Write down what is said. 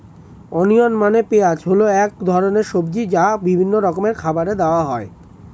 onion মানে পেঁয়াজ হল এক ধরনের সবজি যা বিভিন্ন রকমের খাবারে দেওয়া হয়